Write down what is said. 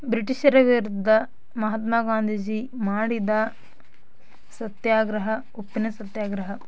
ಬ್ರಿಟಿಷೆರ ವಿರುದ್ಧ ಮಹಾತ್ಮ ಗಾಂಧೀಜಿ ಮಾಡಿದ ಸತ್ಯಾಗ್ರಹ ಉಪ್ಪಿನ ಸತ್ಯಾಗ್ರಹ